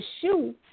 shoe